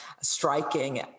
striking